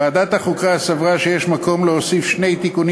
ועדת החוקה סברה שיש מקום להוסיף שני תיקונים